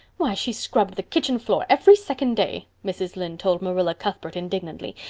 why, she scrubbed the kitchen floor every second day, mrs. lynde told marilla cuthbert indignantly,